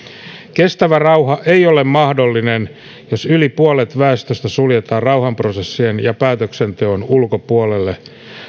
kestävä rauha ei ole mahdollinen jos yli puolet väestöstä suljetaan rauhanprosessien ja päätöksenteon ulkopuolelle